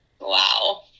Wow